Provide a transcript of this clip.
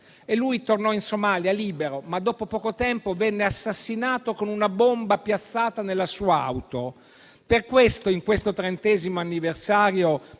Egli tornò in Somalia libero, ma dopo poco tempo venne assassinato con una bomba piazzata nella sua auto. Per tale ragione, in questo trentesimo anniversario,